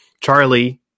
Charlie